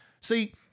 See